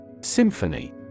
Symphony